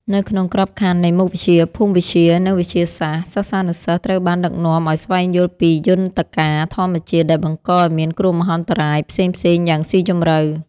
នៅក្នុងក្របខ័ណ្ឌនៃមុខវិជ្ជាភូមិវិទ្យា និងវិទ្យាសាស្ត្រ សិស្សានុសិស្សត្រូវបានដឹកនាំឱ្យស្វែងយល់ពីយន្តការធម្មជាតិដែលបង្កឱ្យមានគ្រោះមហន្តរាយផ្សេងៗយ៉ាងស៊ីជម្រៅ។